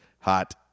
Hot